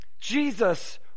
Jesus